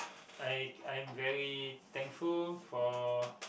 I I'm very thankful for